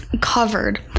covered